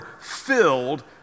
filled